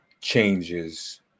changes